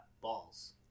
balls